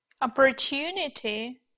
opportunity